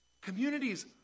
Communities